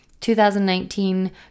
2019